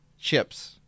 Chips